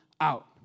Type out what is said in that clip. out